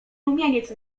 rumieniec